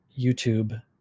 youtube